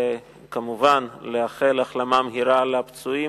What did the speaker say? וכמובן לאחל החלמה מהירה לפצועים.